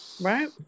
right